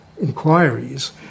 inquiries